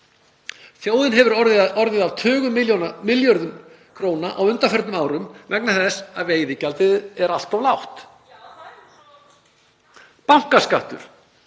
Þjóðin hefur orðið af tugum milljarða króna á undanförnum árum vegna þess að gjaldið er allt of lágt. Bankaskattur.